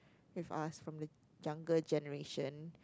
with us from the younger generation